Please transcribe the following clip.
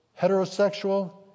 heterosexual